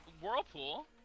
whirlpool